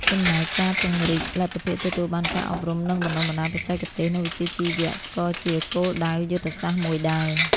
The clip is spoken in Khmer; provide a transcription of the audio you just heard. ចំណែកការពង្រីកលទ្ធភាពទទួលបានការអប់រំ និងបណ្តុះបណ្តាលបច្ចេកទេស និងវិជ្ជាជីវៈ ក៏ជាគោលដៅយុទ្ធសាស្ត្រមួយដែរ។ ។